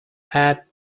had